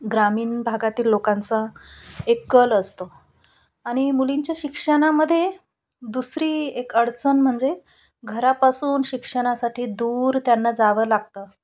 ग्रामीण भागातील लोकांचा एक कल असतो आणि मुलींच्या शिक्षणामध्ये दुसरी एक अडचण म्हणजे घरापासून शिक्षणासाठी दूर त्यांना जावं लागतं